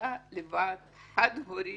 היתה לבד, חד-הורית.